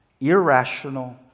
Irrational